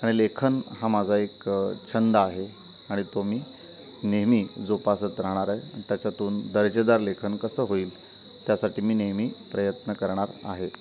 आणि लेखन हा माझा एक छंद आहे आणि तो मी नेहमी जोपासत राहणार आहे त्याच्यातून दर्जेदार लेखन कसं होईल त्यासाठी मी नेहमी प्रयत्न करणार आहे